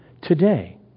Today